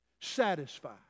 satisfied